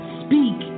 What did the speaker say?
speak